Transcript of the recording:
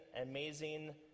amazing